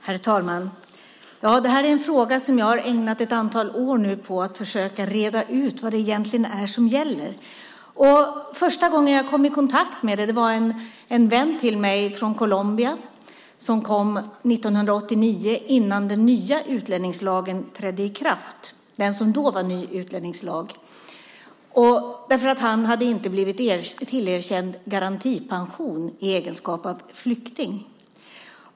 Herr talman! Detta är en fråga där jag har ägnat ett antal år åt att försöka reda ut vad det egentligen är som gäller. Första gången jag kom i kontakt med den var när den drabbade en vän till mig från Colombia som kom hit 1989 innan den då nya utlänningslagen trädde i kraft. Han hade inte blivit tillerkänd garantipension i egenskap av flykting.